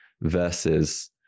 versus